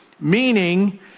meaning